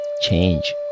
change